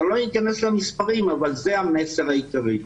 אני לא אכנס למספרים אבל זה המסר העיקרי.